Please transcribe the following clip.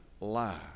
lie